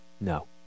No